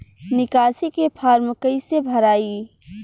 निकासी के फार्म कईसे भराई?